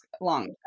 long